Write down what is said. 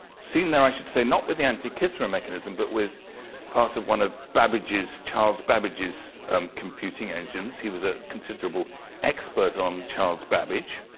seeing there i should say not with the antikythera mechanism, but with part of one of charles babbage's computing engines. he was a considerable expert on charles babbage.